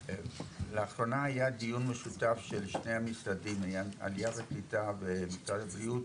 לאחרונה היה דיון משותף של שני המשרדים עלייה וקליטה ומשרד הבריאות